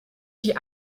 die